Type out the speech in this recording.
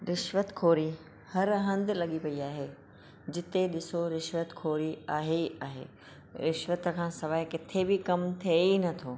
रिश्वत खोरी हर हंधु लगी पई आहे जिथे डि॒सो रिश्वत खोरी आहे ई आहे रिश्वत खां सवाइ किथे बि॒ कमु थिए ई नथो